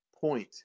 point